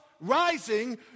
rising